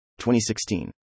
2016